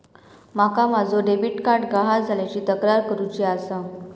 माका माझो debit card गहाळ झाल्याची तक्रार करुची आसा